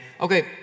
Okay